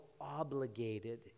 obligated